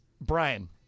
Brian